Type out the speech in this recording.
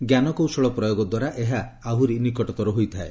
ଜ୍ଞାନକୌଶଳ ପ୍ରୟୋଗଦ୍ୱାରା ଏହା ଆହୁରି ନିକଟତର ହୋଇଥାଏ